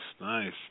nice